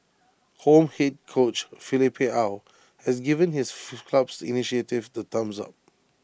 home Head coach Philippe aw has given his club's initiative the thumbs up